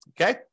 Okay